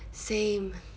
same